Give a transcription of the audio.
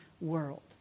world